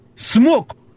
smoke